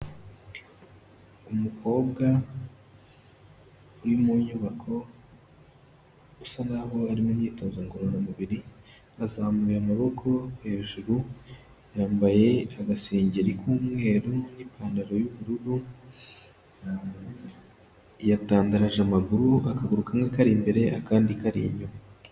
Umukobwa uri mu nyubako isa n'aho ari mu myitozo ngororamubiri, yazamuye amaboko hejuru, yambaye agasengeri k'umweru n'ipantaro y'ubururu, yatandaraje amaguru, akaguru kamwe kari imbere, akandi kari inyuma.